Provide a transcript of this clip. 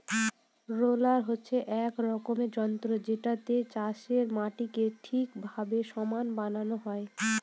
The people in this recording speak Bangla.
রোলার হচ্ছে এক রকমের যন্ত্র যেটাতে চাষের মাটিকে ঠিকভাবে সমান বানানো হয়